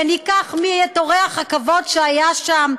וניקח את אורח הכבוד שהיה שם,